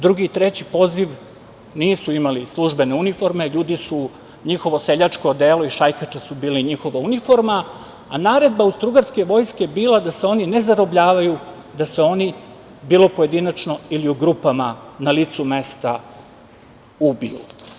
Drugi i treći poziv nisu imali službene uniforme, njihova seljačka odela i šajkače su bili njihova uniforma, a naredba Austro-ugarske vojske je bila da se oni ne zarobljavaju, da se oni, bilo pojedinačno ili u grupama, na licu mesta ubiju.